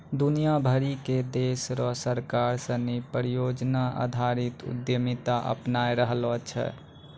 दुनिया भरी के देश र सरकार सिनी परियोजना आधारित उद्यमिता अपनाय रहलो छै